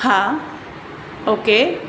હા ઓકે